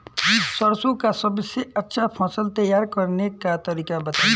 सरसों का सबसे अच्छा फसल तैयार करने का तरीका बताई